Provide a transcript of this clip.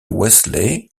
wesley